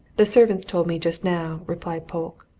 the servants told me, just now, replied polke.